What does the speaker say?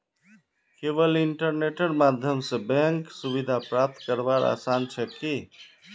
केवल इन्टरनेटेर माध्यम स बैंक सुविधा प्राप्त करवार आसान छेक की